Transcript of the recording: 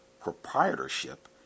proprietorship